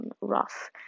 rough